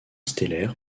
stellaire